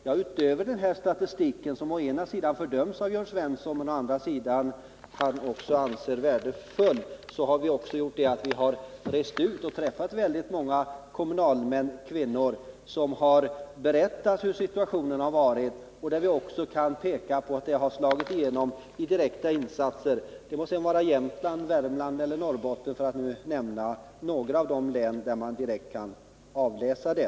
Ja, utöver denna statistik, som han å ena sidan fördömer och å andra sidan finner värdefull, har vi rest ut och träffat män och kvinnor i kommunerna som berättat hur situationen varit. Där kan vi också peka på hur direkta insatser har slagit igenom i Jämtland, Värmland och Norrbotten, för att nu nämna några län där man direkt kan avläsa det.